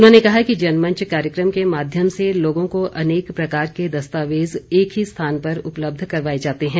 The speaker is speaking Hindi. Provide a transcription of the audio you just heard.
उन्होंने कहा कि जनमंच कार्यक्रम के माध्यम से लोगों को अनेक प्रकार के दस्तावेज एक ही स्थान पर उपलब्ध करवाए जाते हैं